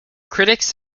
critics